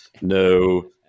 no